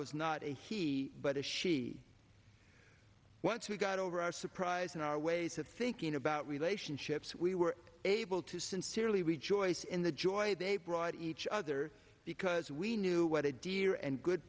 was not a he but a she once we got over our surprise and our ways of thinking about relationships we were able to sincerely rejoice in the joy they brought each other because we knew what a dear and good